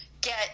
get